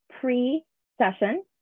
pre-session